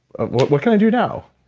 ah what what can i do now?